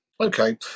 okay